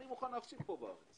אני מוכן להפסיד בארץ